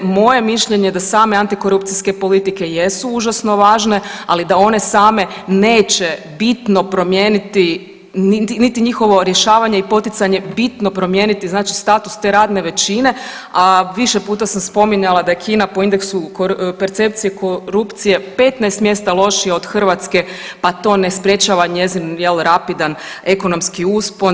Moje mišljenje da same antikorupcijske politike jesu užasno važne, ali da one same neće bitno promijeniti niti njihovo rješavanje i poticanje bitno promijeniti znači status te radne većine, a više puta sam spominjala da je Kina po indeksu percepcije korupcije 15 mjesta lošija od Hrvatske pa to ne sprječava njezin, je li, rapidan ekonomski uspon.